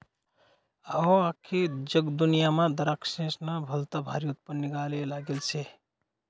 अहो, आख्खी जगदुन्यामा दराक्शेस्नं भलतं भारी उत्पन्न निंघाले लागेल शे